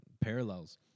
parallels